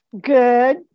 Good